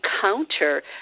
counter